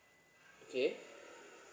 okay